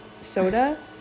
soda